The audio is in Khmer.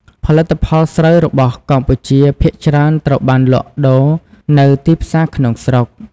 ផលិតផលស្រូវរបស់កម្ពុជាភាគច្រើនត្រូវបានលក់ដូរនៅទីផ្សារក្នុងស្រុក។